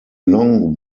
long